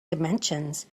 dimensions